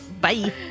Bye